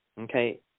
okay